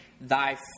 thy